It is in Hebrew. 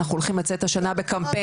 אנחנו הולכים לצאת השנה בקמפיין.